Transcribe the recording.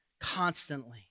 constantly